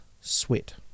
sweat